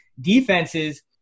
defenses